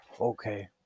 Okay